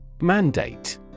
Mandate